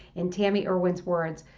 in tami erwin's words,